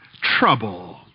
trouble